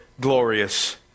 glorious